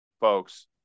folks